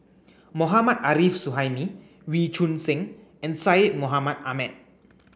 Mohammad Arif Suhaimi Wee Choon Seng and Syed Mohamed Ahmed